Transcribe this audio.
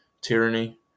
tyranny